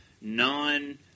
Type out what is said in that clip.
non